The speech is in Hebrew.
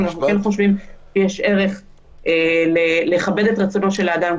ואנחנו כן חושבים שיש ערך לכבד את רצונו של האדם,